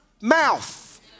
mouth